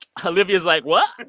ah olivia's like, what?